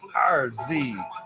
RZ